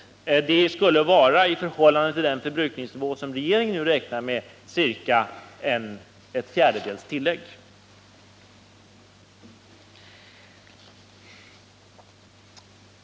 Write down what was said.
Det skulle i förhållande till den förbrukningsnivå som regeringen nu räknar med innebära ett tillägg på ca en fjärdedel.